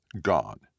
Gone